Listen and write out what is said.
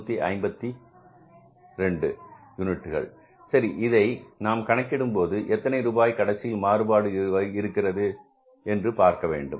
இது 752 யூனிட்டுகள் சரி இதை நாம் கணக்கிடும்போது எத்தனை ரூபாய் கடைசியில் மாறுபாடு இருக்கிறது வருகிறது என்று பார்க்க வேண்டும்